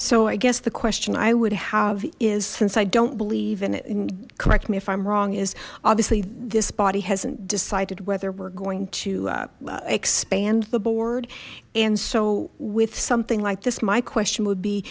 so i guess the question i would have is since i don't believe in it and correct me if i'm wrong is obviously this body hasn't decided whether we're going to expand the board and so with something like this my question would be